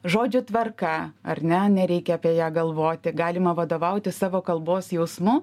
žodžių tvarka ar ne nereikia apie ją galvoti galima vadovautis savo kalbos jausmu